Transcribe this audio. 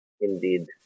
indeed